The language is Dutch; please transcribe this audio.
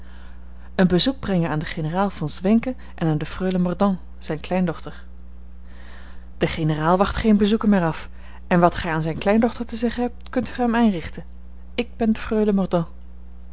een bezoek brengen aan den generaal von zwenken en aan de freule mordaunt zijne kleindochter de generaal wacht geene bezoeken meer af en wat gij aan zijne kleindochter te zeggen hebt kunt gij aan mij richten ik ben